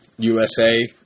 USA